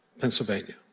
Pennsylvania